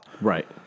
Right